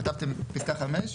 כתבתם בפסקה 5: